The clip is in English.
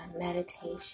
Meditation